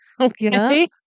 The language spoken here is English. okay